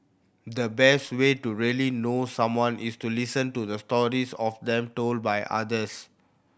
the best way to really know someone is to listen to the stories of them told by others